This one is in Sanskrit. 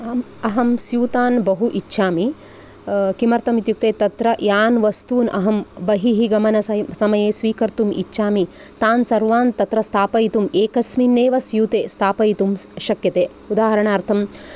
अहम् अहं स्यूतान् बहु इच्छामि किमर्थम् इत्युक्ते तत्र यान् वस्तुनि अहं बहिः गमनस समये स्वीकर्तुम् इच्छामि तान् सर्वान् तत्र स्थापयितुम् एकस्मिन्नेव स्यूते स्थापयितुं शक्यते उदाहरणार्थं